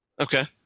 Okay